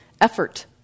effort